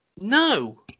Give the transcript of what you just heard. No